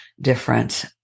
different